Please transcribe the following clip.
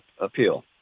appeal